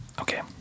Okay